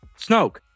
Snoke